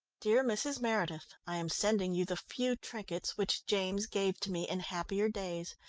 dear mrs. meredith i am sending you the few trinkets which james gave to me in happier days.